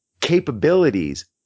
capabilities